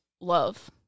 love